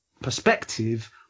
perspective